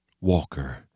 Walker